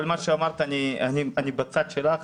כל מה שאמרת אני בצד שלך,